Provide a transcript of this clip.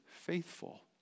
faithful